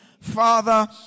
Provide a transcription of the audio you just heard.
Father